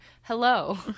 hello